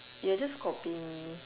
you are just copying me